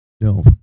No